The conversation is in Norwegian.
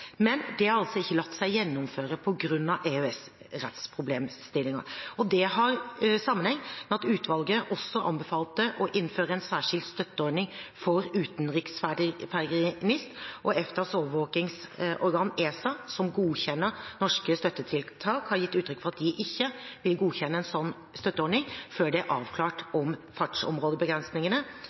men det har altså ikke latt seg gjennomføre på grunn av EØS-rettslige problemstillinger. Dette har sammenheng med at utvalget også anbefalte å innføre en særskilt støtteordning for utenriksferger i NIS. EFTAs overvåkingsorgan, ESA, som godkjenner norske statsstøttetiltak, har gitt uttrykk for at de ikke vil godkjenne en slik støtteordning før det er avklart om fartsområdebegrensningene